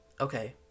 Okay